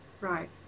Right